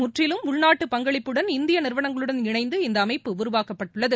முற்றிலும் உள்நாட்டு பங்களிப்புடன் இந்திய நிறுவனங்களுடன் இணைந்து இந்த அமைப்பு உருவாக்கப் பட்டுள்ளது